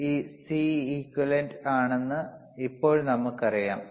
fp 1 by 2 pi under root of LCequivalent ആണെന്ന് ഇപ്പോൾ നമുക്കറിയാം